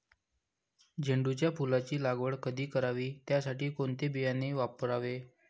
झेंडूच्या फुलांची लागवड कधी करावी? त्यासाठी कोणते बियाणे वापरावे?